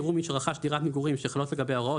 יראו מי שרכש דירת מגורים שחלות לגביה הוראות